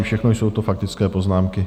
Všechno jsou to faktické poznámky.